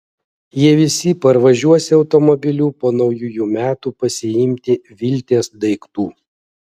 jie visi parvažiuosią automobiliu po naujųjų metų pasiimti viltės daiktų